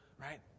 right